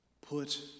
Put